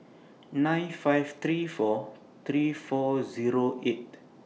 nine five three four three four Zero eight